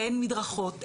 אין מדרכות,